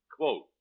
Quote